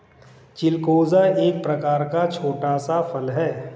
चिलगोजा एक प्रकार का छोटा सा फल है